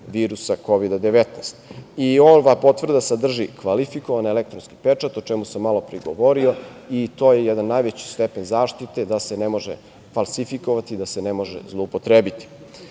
virusa Kovida 19.Ova potvrda sadrži kvalifikovani elektronski pečat o čemu sam malopre i govorio i to je jedan najveći stepen zaštite, da se ne može faslifikovati, da se ne može zloupotrebiti.